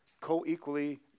co-equally